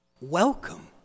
welcome